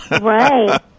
right